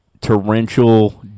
torrential